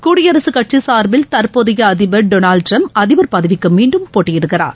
குடியரசு கட்சி சார்பில் தற்போதைய அதிபர் டொளால்டு டிரம்ப் அதிபர் பதவிக்கு மீண்டும் போட்டியிடுகிறார்